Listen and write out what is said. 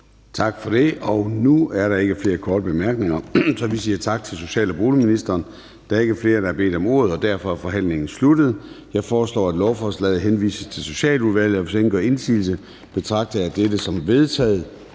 Tak for det. Nu er der ikke flere korte bemærkninger, så vi siger tak til social- og boligministeren. Der er ikke flere, der har bedt om ordet, og derfor er forhandlingen sluttet. Jeg foreslår, at lovforslaget henvises til Socialudvalget. Hvis ingen gør indsigelse, betragter jeg dette som vedtaget.